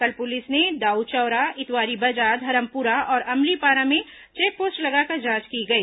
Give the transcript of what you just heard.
कल पुलिस ने दाउचौरा इतवारी बाजार धरमपुरा और अमलीपारा में चेकपोस्ट लगाकर जांच की गई